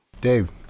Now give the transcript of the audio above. Dave